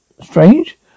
Strange